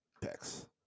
picks